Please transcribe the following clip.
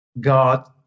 God